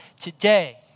today